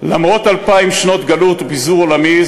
למרות אלפיים שנות גלות ופיזור עולמי,